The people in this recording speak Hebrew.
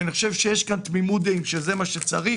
ואני חושב שיש כאן תמימות דעים שזה מה שצריך